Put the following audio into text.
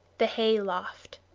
the hay-loft